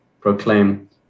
proclaim